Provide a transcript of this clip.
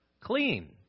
Clean